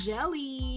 Jelly